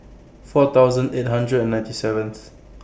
four thousand eight hundred and ninety seventh